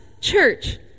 church